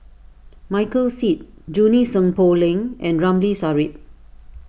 Michael Seet Junie Sng Poh Leng and Ramli Sarip